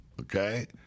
Okay